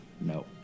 No